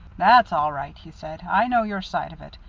that's all right, he said. i know your side of it.